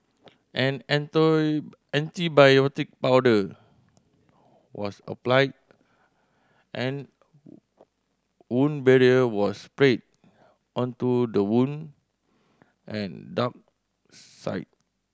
an antibiotic powder was applied and wound barrier was sprayed onto the wound and dart site